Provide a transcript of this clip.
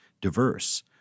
diverse